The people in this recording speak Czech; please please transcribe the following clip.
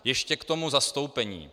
Ještě k tomu zastoupení.